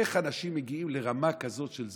איך אנשים מגיעים לרמה כזאת של זוועות,